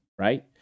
right